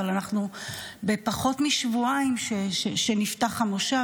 אבל אנחנו פחות משבועיים מאז שנפתח המושב,